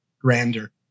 grander